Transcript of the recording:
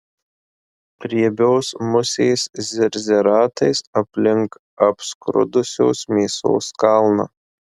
riebios musės zirzia ratais aplink apskrudusios mėsos kalną